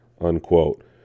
Unquote